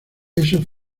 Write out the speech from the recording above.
eso